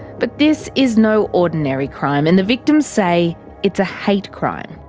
but this is no ordinary crime. and the victims say it's a hate crime.